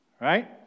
right